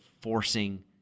forcing